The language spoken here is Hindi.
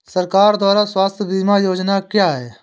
सरकार द्वारा स्वास्थ्य बीमा योजनाएं क्या हैं?